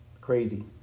Crazy